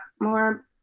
more